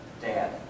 Dad